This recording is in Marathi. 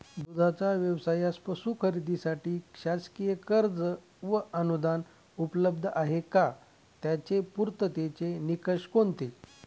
दूधाचा व्यवसायास पशू खरेदीसाठी शासकीय कर्ज व अनुदान उपलब्ध आहे का? त्याचे पूर्ततेचे निकष कोणते?